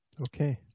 Okay